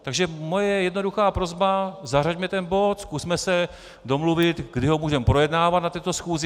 Takže moje jednoduchá prosba: zařaďme ten bod, zkusme se domluvit, kdy ho můžeme projednávat na této schůzi.